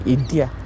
India